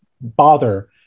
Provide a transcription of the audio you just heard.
bother